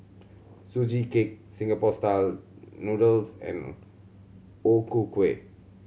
Sugee Cake Singapore Style Noodles and O Ku Kueh